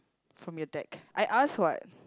from your deck I ask what